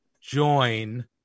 join